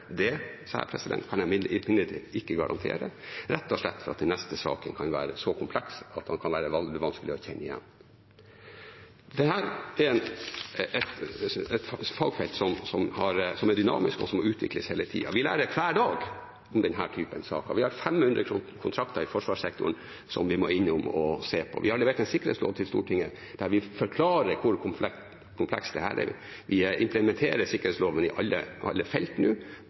Det, sa jeg, kan jeg imidlertid ikke garantere, rett og slett fordi den neste saken kan være så kompleks at den kan være vanskelig å kjenne igjen. Dette er et fagfelt som er dynamisk, og som må utvikles hele tiden. Vi lærer hver dag om denne typen saker. I forsvarssektoren har vi 500 kontrakter som vi må innom og se på. Vi har levert en sikkerhetslov til Stortinget, der vi forklarer hvor komplekst dette er. Vi implementerer sikkerhetsloven i alle felt nå.